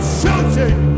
shooting